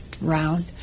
round